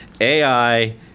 AI